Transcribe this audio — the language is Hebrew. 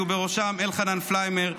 ובראשם אלחנן פלהיימר,